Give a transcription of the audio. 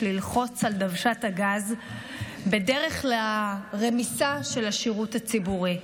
ללחוץ על דוושת הגז בדרך לרמיסה של השירות הציבורי.